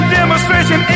demonstration